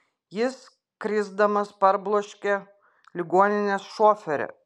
jis krisdamas parbloškė ligoninės šoferę